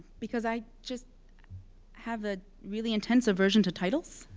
because i just have a really intense aversion to titles,